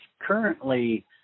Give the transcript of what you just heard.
currently